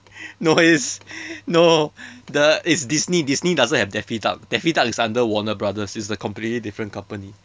no it's no the it's disney disney doesn't have daffy duck daffy duck is under warner brothers it's a completely different company